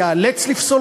ייאלץ לפסול,